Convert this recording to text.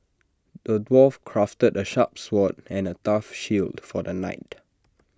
the dwarf crafted A sharp sword and A tough shield for the knight